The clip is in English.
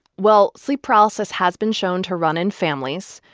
well, sleep paralysis has been shown to run in families,